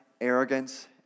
arrogance